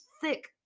thick